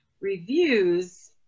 reviews